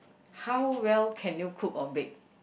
how well can you cook or bake